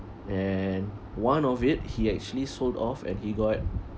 and one of it he actually sold off and he got